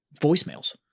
voicemails